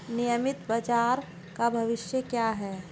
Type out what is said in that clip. नियमित बाजार का भविष्य क्या है?